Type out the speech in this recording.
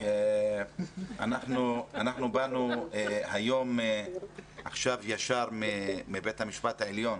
באנו היום ישר מבית המשפט העליון